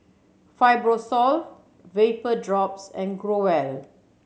Fibrosol Vapodrops and Growell